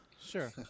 Sure